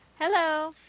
Hello